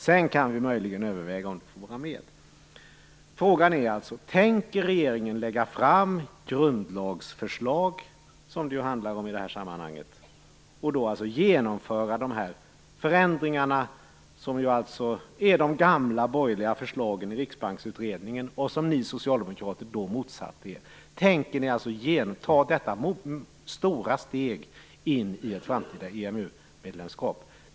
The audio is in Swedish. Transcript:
Sedan kan vi möjligen överväga om du får vara med. Frågan är alltså: Tänker regeringen lägga fram grundlagsförslag, som det handlar om i det här sammanhanget, och genomföra de här förändringarna, som alltså är de gamla borgerliga förslagen i Riksbanksutredningen och som ni socialdemokrater då motsatte er? Tänker ni ta detta stora steg in i ett framtida EMU-medlemskap?